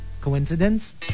coincidence